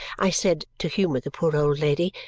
i said, to humour the poor old lady,